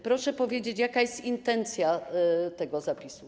Proszę powiedzieć, jaka jest intencja tego zapisu.